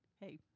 Hey